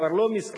כבר לא מסכנים,